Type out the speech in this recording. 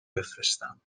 بفرستم